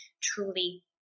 truly